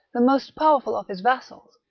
the most powerful of his vassals,